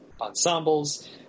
ensembles